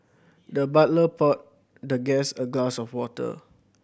the butler poured the guest a glass of water